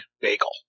bagel